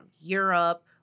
Europe